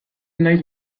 naiz